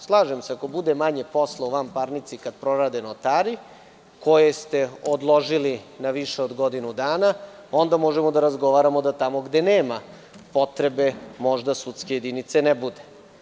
Slažem se, ako bude manje posla u vanparnici kada prorade notari koje ste odložili na više od godinu dana, onda možemo da razgovaramo tamo gde nema potrebe i da sudske jedinice ne bude.